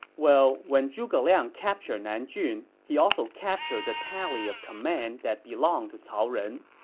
well, when zhuge liang captured nanjun, he also captured the tally of command that belonged to cao ren.